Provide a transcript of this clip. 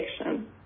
addiction